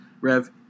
Rev